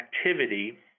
activity